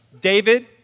David